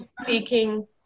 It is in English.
Speaking